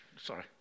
Sorry